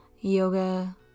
yoga